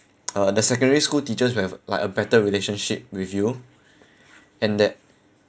uh the secondary school teachers will have like a better relationship with you and that